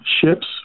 ships